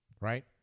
right